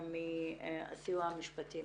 מהסיוע המשפטי.